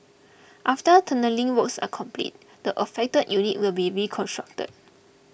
after tunnelling works are completed the affected unit will be reconstructed